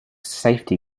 safety